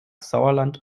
sauerland